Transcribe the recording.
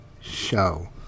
Show